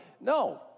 No